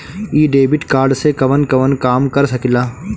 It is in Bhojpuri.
इ डेबिट कार्ड से कवन कवन काम कर सकिला?